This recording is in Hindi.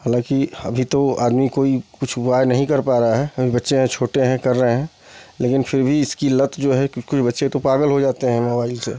हालांकि अभी तो आदमी कोई कुछ उपाय नहीं कर पा रहा है अभी बच्चे हैं छोटे हैं कर रहे हैं लेकिन फिर भी इसकी लत जो है क्योंकी बच्चे तो पागल हो जाते हैं मोबाइल से